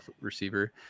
receiver